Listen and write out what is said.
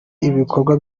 ibikorwa